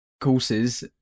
courses